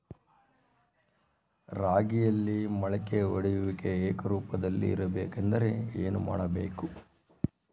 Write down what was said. ರಾಗಿಯಲ್ಲಿ ಮೊಳಕೆ ಒಡೆಯುವಿಕೆ ಏಕರೂಪದಲ್ಲಿ ಇರಬೇಕೆಂದರೆ ಏನು ಮಾಡಬೇಕು?